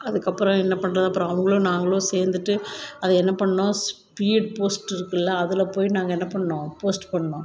அதுக்கப்புறம் என்ன பண்ணுறது அப்புறம் அவங்களும் நாங்களும் சேர்ந்துட்டு அது என்ன பண்ணோம் ஸ்பீட் போஸ்ட் இருக்குல்ல அதில் போய் நாங்கள் என்ன பண்ணோம் போஸ்ட்டு பண்ணுனோம்